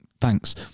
thanks